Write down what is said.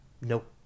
nope